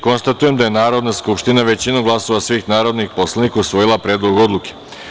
Konstatujem da je Narodna skupština većinom glasova svih narodnih poslanika usvojila Predlog odluke.